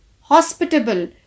Hospitable